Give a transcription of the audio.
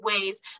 ways